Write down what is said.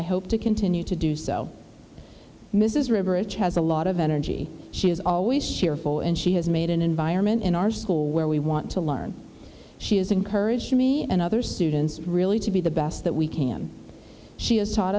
i hope to continue to do so mrs river itch has a lot of energy she has always share full and she has made an environment in our school where we want to learn she has encouraged me and other students really to be the best that we can she has taught